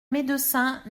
médecins